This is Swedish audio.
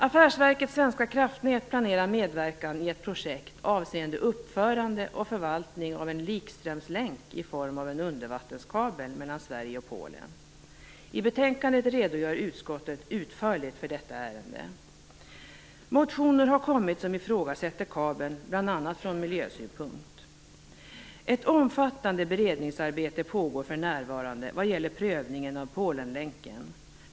Affärsverket Svenska Kraftnät planerar medverkan i ett projekt avseende uppförande och förvaltning av en likströmslänk i form av en undervattenskabel mellan Sverige och Polen. I betänkandet redogör utskottet utförligt för detta ärende. Motioner har inkommit som ifrågasätter kabeln, bl.a. ur miljösynpunkt. Ett omfattande beredningsarbete pågår för närvarande vad gäller prövningen av Polenlänken.